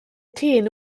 thin